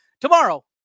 tomorrow